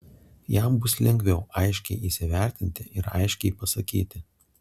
jam bus lengviau aiškiai įsivertinti ir aiškiai pasakyti